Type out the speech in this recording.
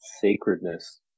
sacredness